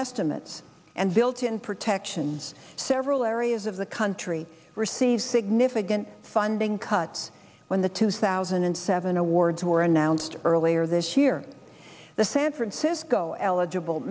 estimates and built in protections several areas of the country receive significant funding cuts when the two thousand and seven awards were announced earlier this year the san francisco eligible